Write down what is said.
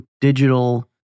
digital